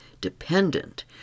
dependent